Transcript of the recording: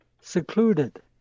secluded